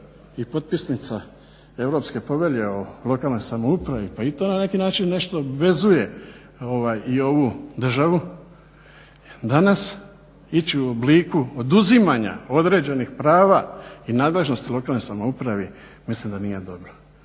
i potpisnica Europske povelje o lokalnoj samoupravi pa i to na neki način nešto obvezuje i ovu državu, danas ići u obliku oduzimanja određenih prava i nadležnosti lokalnoj samoupravi mislim da nije dobro.